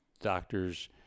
doctors